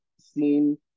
seen